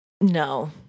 No